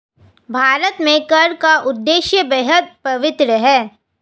भारत में कर का उद्देश्य बेहद पवित्र है